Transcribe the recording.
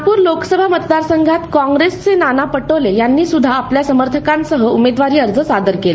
नागपूर लेकसभा मतदारसंघात कॉप्रेसचे नाना पौले यांनी सुद्धा आपल्या समर्थकांसह उमेदवारी अर्ज सादर केला